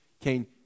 Cain